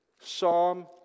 Psalm